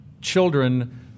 children